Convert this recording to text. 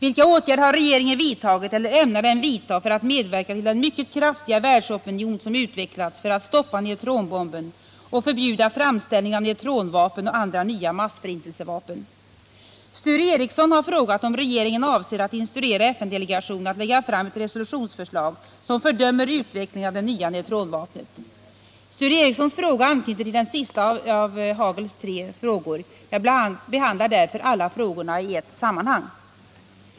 Vilka åtgärder har regeringen vidtagit eller ämnar den vidta för att medverka till den mycket kraftiga världsopinion som utvecklats för att stoppa neutronbomben och förbjuda framställningen av neutronvapen och andra nya massförintelsevapen? Sture Ericson har frågat om regeringen avser att instruera FN-delegationen att lägga fram ett resolutionsförslag som fördömer utvecklingen av det nya neutronvapnet. Sture Ericsons fråga anknyter till den sista av Hagels tre frågor. Jag behandlar därför alla frågorna i ett sammanhang.